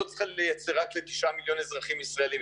מדינת ישראל לא צריכה לייצר רק ל-9 מיליון אזרחים ישראלים,